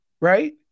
right